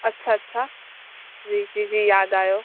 अच्छा अच्छा जी जी यादि आहियो